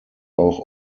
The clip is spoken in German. auch